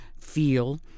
feel